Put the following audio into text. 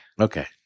Okay